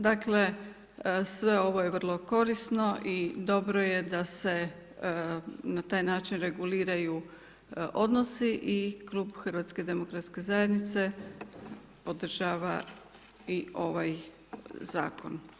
Dakle, sve ovo je vrlo korisno i dobro je da se na taj način reguliraju odnosi i Klub HDZ-a podržava i ovaj zakon.